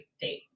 date